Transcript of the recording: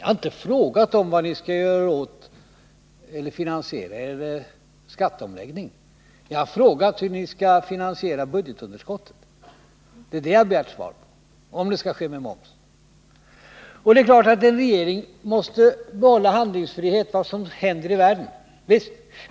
Herr talman! Jag har inte frågat hur regeringen skall finansiera sin skatteomläggning. Jag har frågat hur ni skall finansiera budgetunderskottet. Det är det jag har begärt svar på — om den finansieringen skall ske via momsen. Det är klart att en regering måste behålla handlingsfriheten i förhållande till vad som händer i världen. Visst!